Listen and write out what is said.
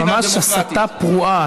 אדוני השר, זאת ממש הסתה פרועה.